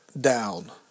down